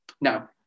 Now